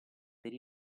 per